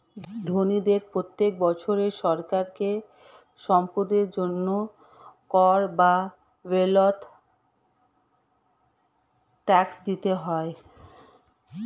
ধনীদের প্রত্যেক বছর সরকারকে সম্পদের জন্য কর বা ওয়েলথ ট্যাক্স দিতে হয়